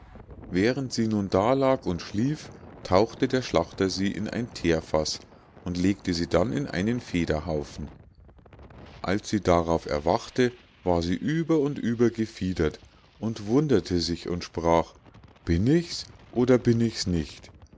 während sie nun da lag und schlief tauchte der schlachter sie in ein theerfaß und legte sie dann in einen federhaufen als sie darauf erwachte war sie über und über gefiedert und wunderte sich und sprach bin ich's oder bin ich's nicht